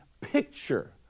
picture